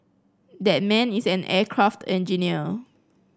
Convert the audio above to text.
that man is an aircraft engineer